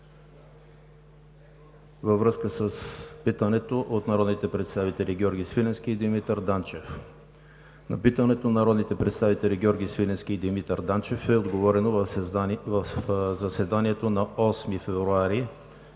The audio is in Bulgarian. във връзка с питането от народните представители Георги Свиленски и Димитър Данчев. На питането от народните представители Георги Свиленски и Димитър Данчев е отговорено в заседанието на 8 февруари,